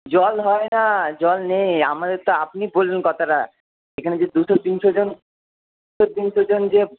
জল হয় না জল নেই আমাদের তো আপনি বললেন কথাটা এখানে যে দুশো তিনশোজন তিনশোজন যে